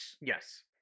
yes